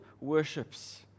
worships